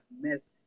missed